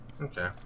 Okay